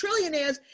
trillionaires